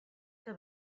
que